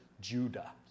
Judah